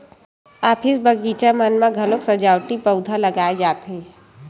office, बगीचा मन म घलोक सजावटी पउधा लगाए जाथे